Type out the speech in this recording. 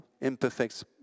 imperfect